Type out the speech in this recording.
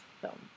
film